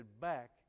back